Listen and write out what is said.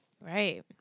Right